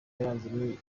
yaranze